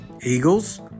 eagles